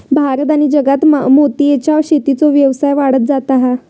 भारत आणि जगात मोतीयेच्या शेतीचो व्यवसाय वाढत जाता हा